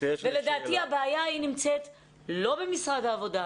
ולדעתי הבעיה נמצאת לא במשרד העבודה,